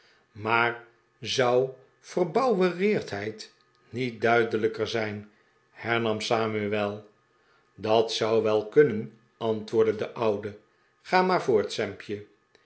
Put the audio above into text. maar zou verbouwereerdheid niet duidelijker zijn hernam samuel dat zou wel kunnen antwoordde de oude ga maar voort sampje